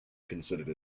considered